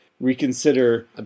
reconsider